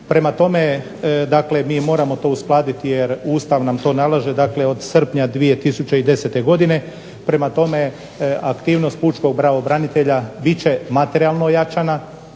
Prema tome, mi moramo to uskladiti jer Ustav nam to nalaže od srpnja 2010. godine, prema tome, aktivnost Pučkog pravobranitelja biti će materijalno ojačana,